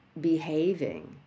behaving